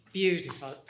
Beautiful